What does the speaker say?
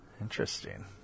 Interesting